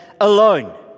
alone